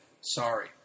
Sorry